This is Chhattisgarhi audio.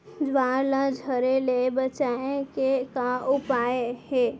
ज्वार ला झरे ले बचाए के का उपाय हे?